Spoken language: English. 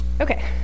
Okay